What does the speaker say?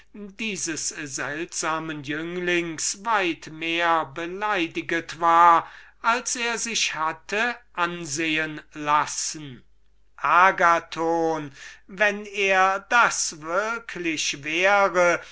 dieses seltsamen jünglings weit mehr beleidiget war als er sich hatte anmerken lassen agathon wenn er das würklich wäre